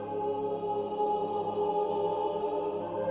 oh.